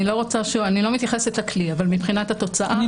אני לא מתייחס לכלי אבל מבחינת התוצאה --- אני